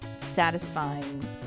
satisfying